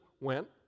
went